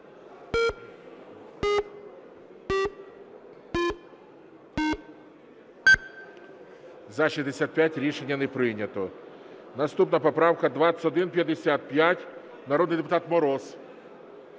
За-65 Рішення не прийнято. Наступна поправка 2155. Народний депутат Мороз.